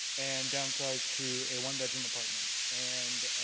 and downsize to a one bedroom apartment. and